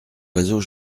oiseau